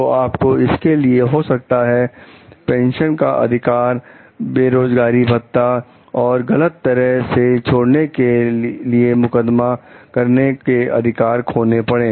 तो आपको इसलिए हो सकता है पेंशन का अधिकार बेरोजगारी भत्ता और गलत तरह से छोड़ने के के लिए मुकदमा करने के अधिकार खोने पड़े